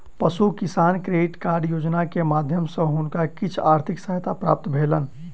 पशु किसान credit card योजना के माध्यम सॅ हुनका किछ आर्थिक सहायता प्राप्त भेलैन